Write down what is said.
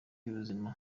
y’ubuzima